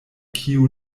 kiu